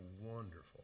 wonderful